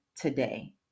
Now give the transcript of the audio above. today